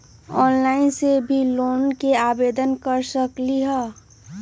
Online से भी loan के आवेदन कर सकलीहल?